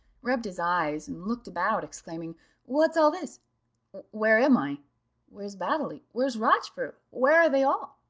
rubbed his eyes, and looked about, exclaiming what's all this where am i where's baddely where's rochfort where are they all?